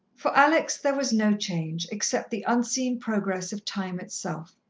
for alex there was no change, except the unseen progress of time itself.